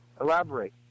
Elaborate